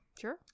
Sure